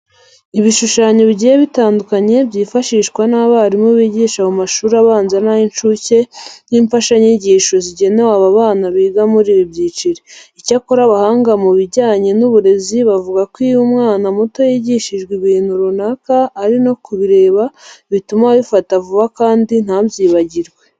Ibishushanyo bigiye bitandukanye byifashishwa n'abarimu bigisha mu mashuri abanza n'ay'incuke nk'imfashanyigisho zigenewe aba bana biga muri ibi byiciro. Icyakora abahanga mu bijyanya n'uburezi bavuga ko iyo umwana muto yigishijwe ibintu runaka ari no kubireba bituma abifata vuba kandi ntabyibagirwe.